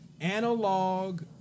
analog